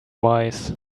wise